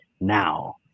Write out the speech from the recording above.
now